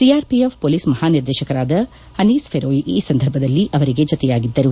CRPF police ಮಹಾ ನಿರ್ದೇಶಕರಾದ ಅನೀಸ್ ಫೆರೋಯಿ ಈ ಸಂದರ್ಭದಲ್ಲಿ ಅವರಿಗೆ ಜತೆಯಾಗಿದ್ದರು